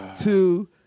two